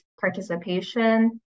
participation